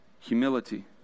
Humility